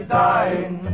dying